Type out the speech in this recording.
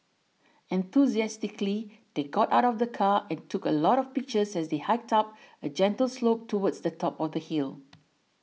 enthusiastically they got out of the car and took a lot of pictures as they hiked up a gentle slope towards the top of the hill